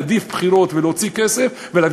עדיף שיהיו בחירות ולהוציא כסף על זה ולהביא